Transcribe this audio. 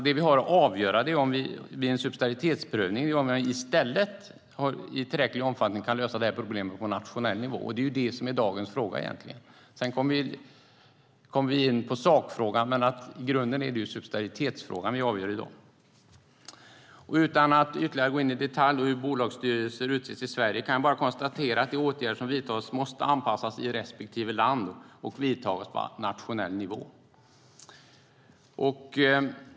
Det vi har att avgöra är om vi vid en subsidiaritetsprövning i stället i tillräcklig omfattning kan lösa problemet på nationell nivå. Det är dagens fråga. Sedan kommer vi in på sakfrågan, men i grunden är det subsidiaritetsfrågan vi avgör i dag. Utan att ytterligare gå in i detalj om hur bolagsstyrelser utses i Sverige kan jag konstatera att de åtgärder som vidtas måste anpassas i respektive land och genomföras på nationell nivå.